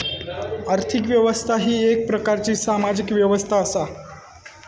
आर्थिक व्यवस्था ही येक प्रकारची सामाजिक व्यवस्था असा